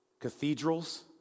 cathedrals